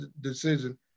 decision